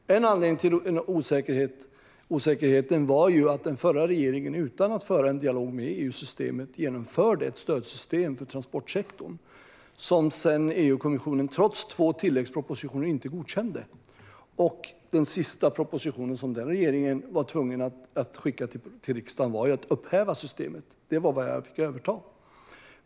En anledning till osäkerheten var att den förra regeringen, utan att föra en dialog med EU-systemet, genomförde ett stödsystem för transportsektorn som sedan inte godkändes av EU-kommissionen, trots två tilläggspropositioner. Den sista proposition som den regeringen blev tvungen att skicka till riksdagen gällde att upphäva systemet. Det var vad jag fick överta.